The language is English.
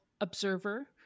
observer